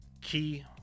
key